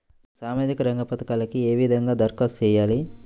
సామాజిక రంగ పథకాలకీ ఏ విధంగా ధరఖాస్తు చేయాలి?